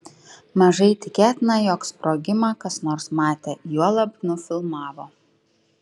mažai tikėtina jog sprogimą kas nors matė juolab nufilmavo